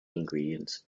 ingredients